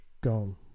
gone